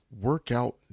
workout